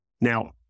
Now